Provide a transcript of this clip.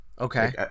Okay